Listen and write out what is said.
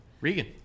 Regan